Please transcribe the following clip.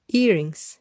earrings